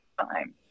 time